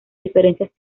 diferencias